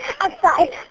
outside